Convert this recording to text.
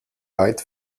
weit